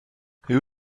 who